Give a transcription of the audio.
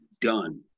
done